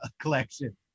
collection